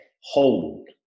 hold